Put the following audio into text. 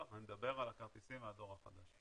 אני מדבר על כרטיסים מהדור החדש.